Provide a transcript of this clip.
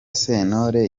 sentore